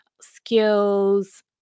skills